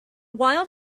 wild